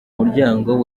muryango